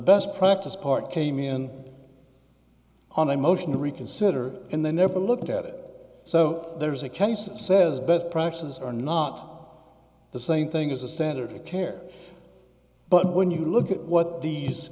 best practice part came in on a motion to reconsider and they never looked at it so there's a case that says best practices are not the same thing as a standard of care but when you look at what these